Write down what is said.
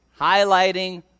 Highlighting